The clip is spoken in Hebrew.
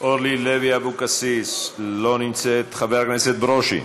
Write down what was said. אורלי לוי אבקסיס, אינה נוכחת, חבר הכנסת ברושי,